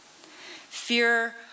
Fear